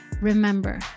Remember